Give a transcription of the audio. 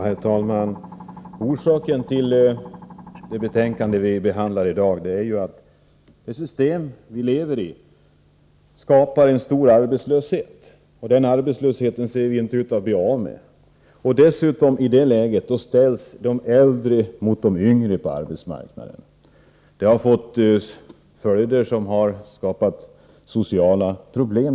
Herr talman! Orsaken till att vi i dag har detta betänkande att behandla är att det system vi lever i skapar en stor arbetslöshet, och den arbetslösheten ser vi inte ut att bli av med. Dessutom ställs de äldre mot de yngre på arbetsmarknaden. Det har fått följder som naturligtvis har skapat sociala problem.